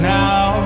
now